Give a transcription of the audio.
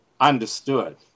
understood